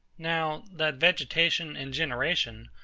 now, that vegetation and generation,